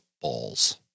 balls